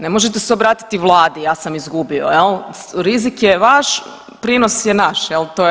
Ne možete se obratiti vladi ja sam izgubio jel, rizik je vaš, prinos je naš jel.